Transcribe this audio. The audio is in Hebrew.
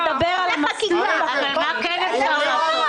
הוא צריך לדבר על מה כן אפשר לעשות.